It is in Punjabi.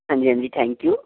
ਹਾਂਜੀ ਹਾਂਜੀ ਥੈਂਕ ਯੂ